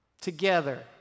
Together